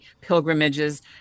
pilgrimages